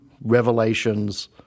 revelations